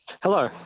Hello